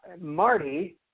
Marty